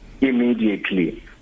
immediately